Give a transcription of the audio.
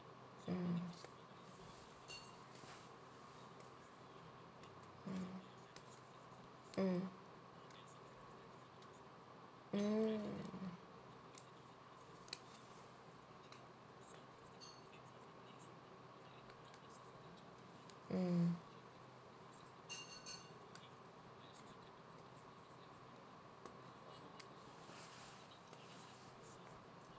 mm mm mm mm mm